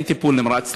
אין טיפול נמרץ.